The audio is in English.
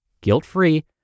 guilt-free